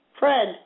Fred